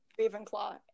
Ravenclaw